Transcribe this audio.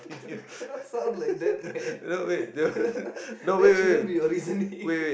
you cannot sound like that man cannot that shouldn't be your reasoning